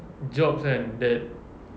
jobs kan that